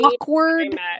awkward